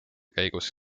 käigus